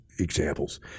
Examples